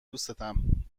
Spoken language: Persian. دوستتم